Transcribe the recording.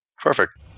Perfect